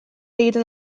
egiten